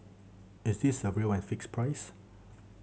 is this a real and fixed price